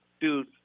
dude